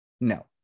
No